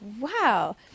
Wow